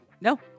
No